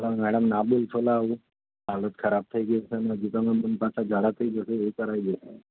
પણ મેડમ ના બોલશો લા આવું હાલત ખરાબ થઈ ગઈ છે ને હજી તમે મને પાછા ઝાડા થઈ જશે એવું કરાવી દેશો